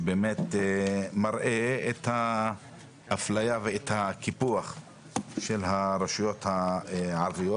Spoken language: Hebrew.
שבאמת מראה את ההסללה ואת הקיפוח של הרשויות הערביות.